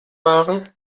waren